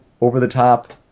over-the-top